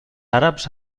àrabs